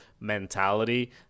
mentality